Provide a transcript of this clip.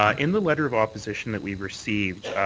ah in the letter of opposition that we've received,